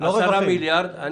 עצמה חובות פריסה רחבות.